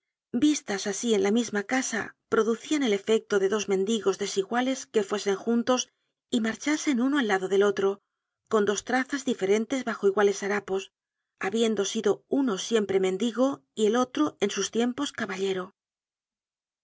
vistas asi en la misma casa producian el efecto de dos mendigos desiguales que fuesen juntos y marchasen uno al lado de otro con dos trazas diferentes bajo iguales harapos habiendo sido uno siempre mendigo y el otro en sus tiempos caballero